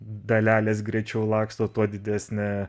dalelės greičiau laksto tuo didesnė